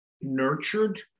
nurtured